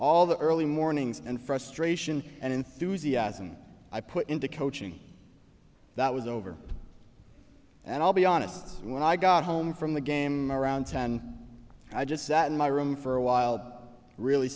all the early mornings and frustration and enthusiasm i put into coaching that was over and i'll be honest when i got home from the game around ten i just sat in my room for a while really